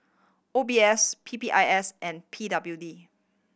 O B S P P I S and P W D